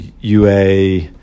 UA